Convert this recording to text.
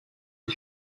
les